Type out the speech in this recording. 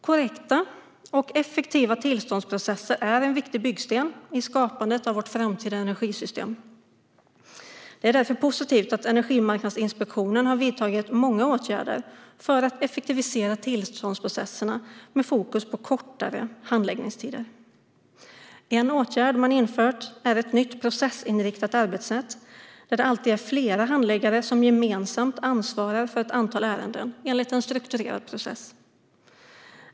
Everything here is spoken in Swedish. Korrekta och effektiva tillståndsprocesser är en viktig byggsten i skapandet av vårt framtida energisystem. Det är därför positivt att Energimarknadsinspektionen har vidtagit många åtgärder för att effektivisera tillståndsprocesserna med fokus på kortare handläggningstider. En åtgärd är att man har infört ett nytt processinriktat arbetssätt där det alltid är flera handläggare som gemensamt ansvarar för ett antal ärenden enligt en strukturerad process.